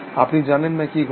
আপনি জানেন না কি ঘটছে